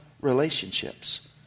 relationships